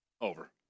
Over